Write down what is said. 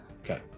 Okay